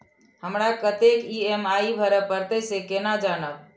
हमरा कतेक ई.एम.आई भरें परतें से केना जानब?